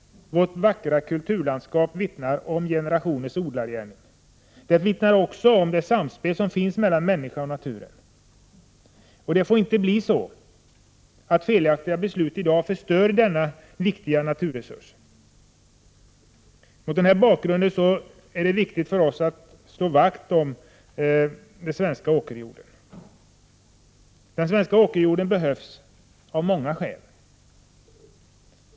Vårt vackra kulturlandskap vittnar om generationers odlargärning. Landskapet vittnar också om det samspel som finns mellan människan och naturen. Felaktiga beslut fattade i dag får inte förstöra denna viktiga naturresurs. Mot denna bakgrund är det viktigt för oss att slå vakt om den svenska åkerjorden. Den svenska åkerjorden behövs av många skäl.